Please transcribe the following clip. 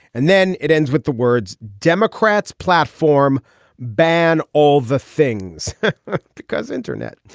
and then it ends with the words democrats platform ban all the things because internet.